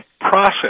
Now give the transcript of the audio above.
process